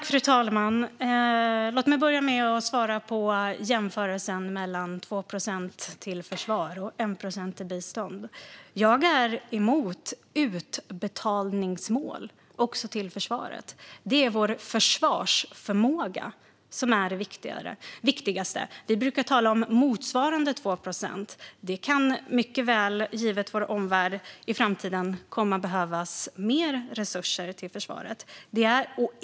Fru talman! Låt mig börja med att svara på jämförelsen mellan 2 procent till försvar och 1 procent till bistånd. Jag är emot utbetalningsmål också till försvaret. Det är vår försvarsförmåga som är det viktigaste. Vi brukar tala om motsvarande 2 procent. Det kan mycket väl givet utvecklingen i vår omvärld i framtiden komma att behövas mer resurser till försvaret.